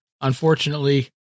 unfortunately